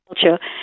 culture